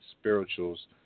Spirituals